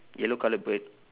yellow colour bird